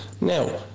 Now